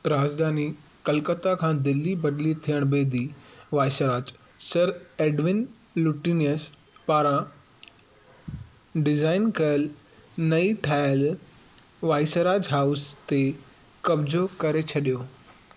राजधानी कलकत्ता खां दिल्लीअ बदिली थियणु बैदि वाइसराय सर एडविन लुटियेंस पारां डिज़ाइन कयलु नएं ठाहियलु वाइसरायज़ हाउस ते क़ब्ज़ो करे छॾियो